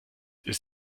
ist